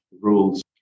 rules